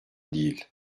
değil